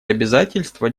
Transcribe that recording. обязательства